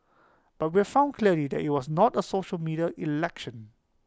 but we've found clearly that IT was not A social media election